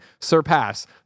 surpass